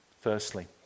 Firstly